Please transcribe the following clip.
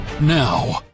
now